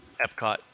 epcot